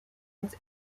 uns